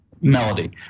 melody